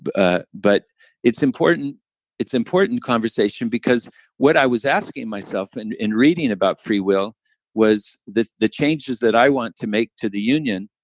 but ah but it's important it's important conversation because what i was asking myself and in reading about free will was, the the changes that i want to make to the union,